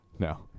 No